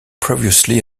previously